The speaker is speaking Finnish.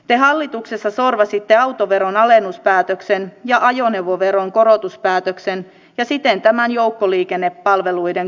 te hallituksessa sorvasitte autoveron alennuspäätöksen ja ajoneuvoveron korotuspäätöksen ja siten tämän joukkoliikennepalveluiden kurjistamispäätöksen